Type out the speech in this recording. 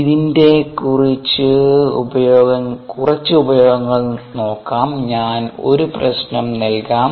ഇതിന്റെ കുറച്ച് ഉപയോഗങ്ങൾ നോക്കാം ഞാൻ ഒരു പ്രശ്നം നൽകാം